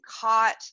caught